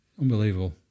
unbelievable